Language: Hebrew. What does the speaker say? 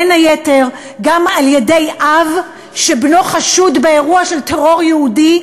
בין היתר גם על-ידי אב שבנו חשוד באירוע של טרור יהודי,